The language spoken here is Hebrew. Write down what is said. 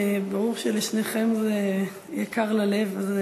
ברור שלשניכם זה יקר ללב, אז,